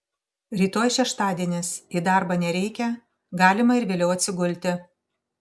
rytoj šeštadienis į darbą nereikia galima ir vėliau atsigulti